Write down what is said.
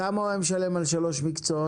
כמה הוא היה משלם על שלוש מקצועות?